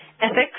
ethics